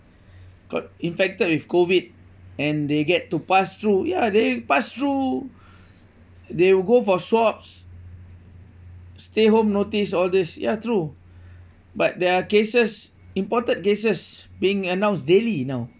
got infected with COVID and they get to pass through ya they pass through they will go for swabs stay home notice all these ya true but there are cases imported cases being announced daily now